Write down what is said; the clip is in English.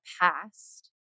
past